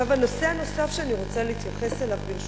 הנושא הנוסף שאני רוצה להתייחס אליו, ברשותכם,